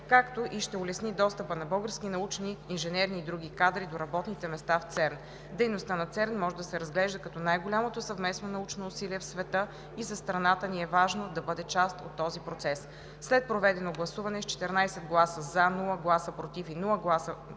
както и ще улесни достъпа на български научни, инженерни и други кадри до работните места в ЦЕРН. Дейността на ЦЕРН може да се разглежда като най-голямото съвместно научно усилие в света и за страната ни е важно да бъде част от този процес. След проведено гласуване с 14 гласа „за“, без „против“ и „въздържал